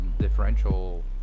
differential